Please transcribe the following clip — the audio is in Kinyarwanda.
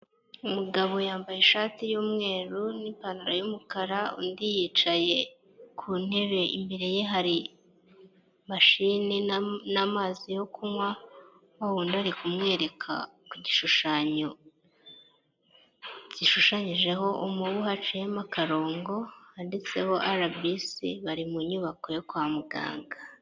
Umugabo yambaye ishati y'umweru n'ipantaro y'umukara, undi yicaye ku ntebe imbere ye hari mashine n'amazi yo kunywa, wa wundi ari kumwereka ku gishushanyo gishushanyijeho umubu haciyemo akarongo handitseho arabisi, bari mu nyubako yo kwa muganga.